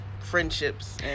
Friendships